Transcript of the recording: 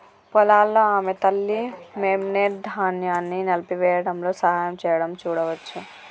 పొలాల్లో ఆమె తల్లి, మెమ్నెట్, ధాన్యాన్ని నలిపివేయడంలో సహాయం చేయడం చూడవచ్చు